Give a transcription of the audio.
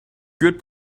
good